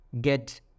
get